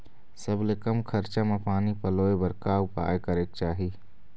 सबले कम खरचा मा पानी पलोए बर का उपाय करेक चाही?